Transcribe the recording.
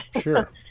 Sure